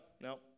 no